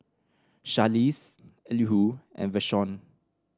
Charlize Elihu and Vashon